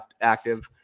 active